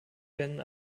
werden